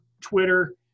Twitter